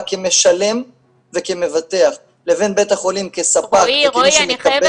כמשלם וכמבטח לבין בית החולים כספק וכמי שמקבל --- רועי,